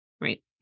Right